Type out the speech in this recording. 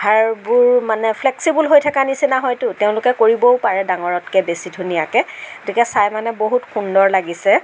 হাঁড়বোৰ মানে ফ্লেক্সিবল হৈ থকা নিচিনা হয়তো তেওঁলোকে কৰিবও পাৰে ডাঙৰতকে বেছি ধুনীয়াকে তেতিয়া চাই মানে বহুত সুন্দৰ লাগিছে